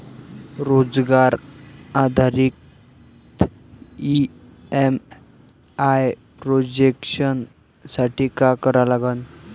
रोजगार आधारित EMI projection साठी का करा लागन?